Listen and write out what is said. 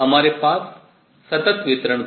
हमारे पास सतत वितरण था